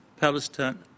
Palestine